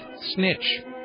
snitch